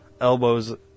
elbows